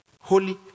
Holy